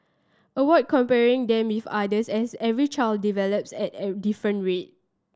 avoid comparing them with others as every child develops at a different rate